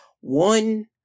one